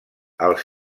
els